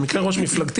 במקרה ראש מפלגתי,